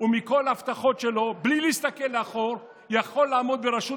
ומכל ההבטחות שלו בלי להסתכל לאחור יכול לעמוד בראשות